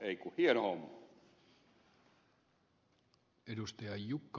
ei kun hieno homma